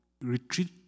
retreat